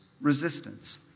Resistance